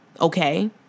Okay